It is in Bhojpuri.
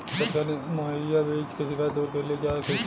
सरकारी मुहैया बीज के शिकायत दूर कईल जाला कईसे?